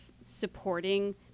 supporting